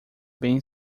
bem